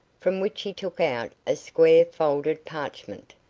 from which he took out a square folded parchment,